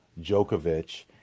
Djokovic